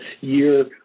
year